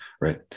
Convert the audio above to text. right